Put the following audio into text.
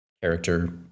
character